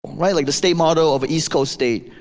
right, like the state motto of an east coast state,